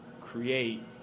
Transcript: create